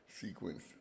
sequence